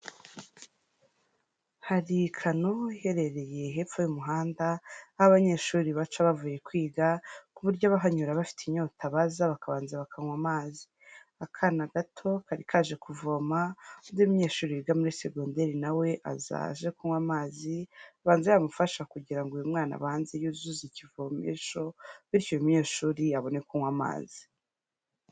Hari kano iherereye hepfo y'umuhanda, aho abanyeshuri baca bavuye kwiga ku buryo abahanyura bafite inyota baza bakabanza bakanywa amazi. Akana gato kari kaje kuvoma, undi munyeshuri wiga muri segonderi na we aza aje kunywa amazi, abanza yamufasha kugira ngo uyu mwana abanze yuzuze ikivomesho, bityo uyu munyeshuri abone kunywa amazi.